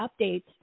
updates